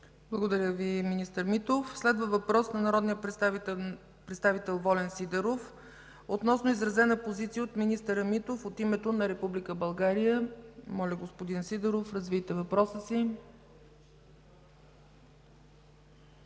Благодаря Ви, министър Митов. Следва въпрос от народния представител Волен Сидеров относно изразена позиция от министър Митов от името на Република България. Моля, господин Сидеров, развийте въпроса си.